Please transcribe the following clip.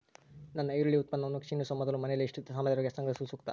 ನನ್ನ ಈರುಳ್ಳಿ ಉತ್ಪನ್ನವು ಕ್ಷೇಣಿಸುವ ಮೊದಲು ಮನೆಯಲ್ಲಿ ಎಷ್ಟು ಸಮಯದವರೆಗೆ ಸಂಗ್ರಹಿಸುವುದು ಸೂಕ್ತ?